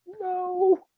No